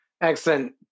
Excellent